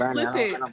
listen